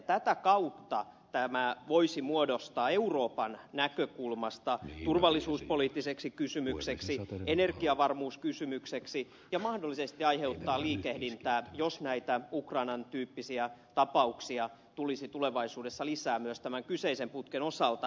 tätä kautta tämä voisi muodostua euroopan näkökulmasta turvallisuuspoliittiseksi kysymykseksi energiavarmuuskysymykseksi ja mahdollisesti aiheuttaa liikehdintää jos näitä ukrainan tyyppisiä tapauksia tulisi tulevaisuudessa lisää myös tämän kyseisen putken osalta